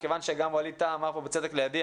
מכיוון שגם חבר הכנסת ווליד טאהא אמר פה בצדק לידי,